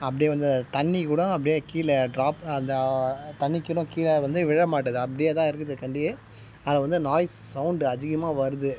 அப்படியே வந்து தண்ணிக்கூடும் அப்படியே கீழே ட்ராப் அந்த தண்ணிக்கிடும் கீழே வந்து விழ மாட்டேது அப்படியே தான் இருக்குதுக்காண்டி அதில் வந்து நாய்ஸ் சௌண்டு அதிகமாக வருது